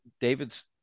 David's